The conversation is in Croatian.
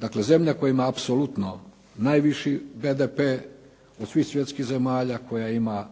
Dakle, zemlja koja ima apsolutno najviši BDP od svih svjetskih zemalja, koja ima